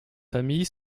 famille